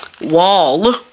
wall